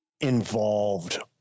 involved